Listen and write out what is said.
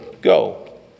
go